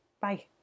Bye